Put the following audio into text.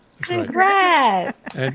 congrats